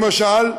למשל,